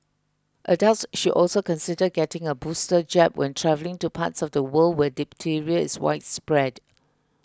adults should also consider getting a booster jab when travelling to parts of the world where diphtheria is widespread